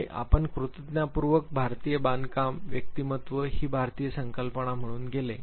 आम्ही कृतज्ञतापूर्वक भारतीय बांधकाम व्यक्तिमत्त्व ही भारतीय संकल्पना म्हणून गेले